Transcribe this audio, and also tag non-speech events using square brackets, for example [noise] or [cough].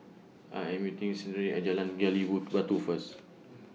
I Am meeting Serenity At Jalan Gali Wood [noise] Batu First